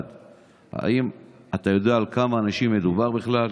האם אתה יודע על כמה אנשים מדובר בכלל?